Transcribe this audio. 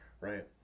right